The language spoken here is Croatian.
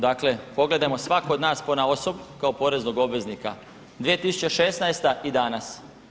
Dakle, pogledajmo svako od nas ponaosob kao poreznog obveznika 2016. i danas.